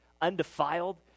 undefiled